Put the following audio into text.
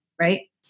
Right